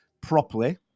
properly